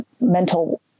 mental